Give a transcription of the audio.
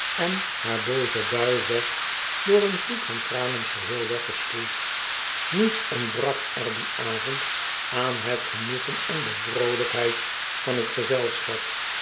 en haar booze bui werd door een vloed van tranen geheel weggespoeld niets ontbrak er dien avond aan het genoegen en de vroolijkheid van het gezelschap